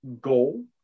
goal